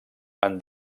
amb